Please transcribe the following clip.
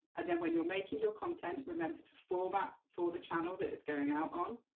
and then when you're making your content, remember to format for the channel that it's going out on,